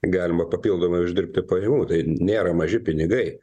galima papildomai uždirbti pajamų tai nėra maži pinigai